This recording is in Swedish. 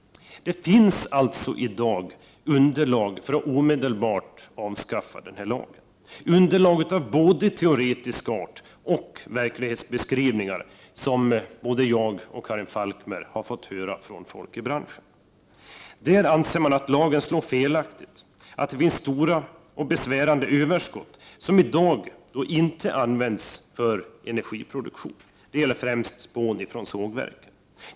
Det finns alltså underlag för att omedelbart avskaffa lagen, både underlag av teoretisk art och verklighetsbeskrivningar som såväl jag själv som Karin Falkmer har fått höra från folk i branschen. Där anser man att lagen slår felaktigt, att det finns stora och besvärande överskott som i dag inte använts 65 för energiproduktion. Det gäller främst spån från sågverken.